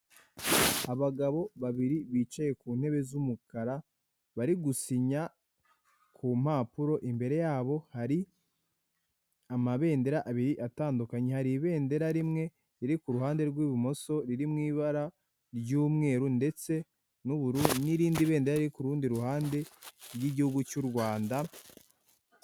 Abagabo babiri bicaye ku ntebe z'umukara bari gusinya ku mpapuro imbere yabo hari amabendera abiri atandukanye hari ibendera rimwe riri ku ruhande rw'ibumoso riri mu ibara ry'umweru ndetse n'ubururu n'irindi bendera riri kurundi ruhande ry'igihugu cy'u Rwanda.